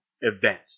event